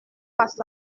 face